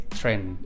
trend